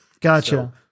Gotcha